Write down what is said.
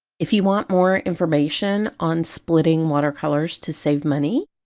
if you want more information on splitting watercolors to save money,